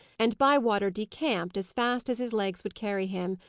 and bywater decamped, as fast as his legs would carry him,